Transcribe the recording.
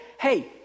hey